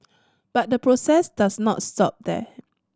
but the process does not stop that